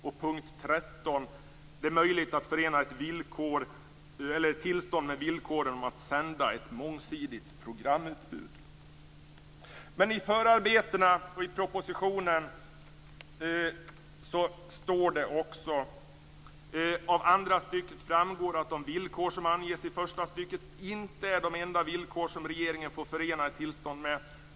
I punkt 13 förenas ett tillstånd med villkor om att sända ett mångsidigt programutbud. I förarbetena och i propositionen står det att de villkor som anges inte är de enda villkor som regeringen får förena med ett tillstånd.